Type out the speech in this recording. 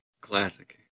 classic